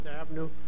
Avenue